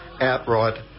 outright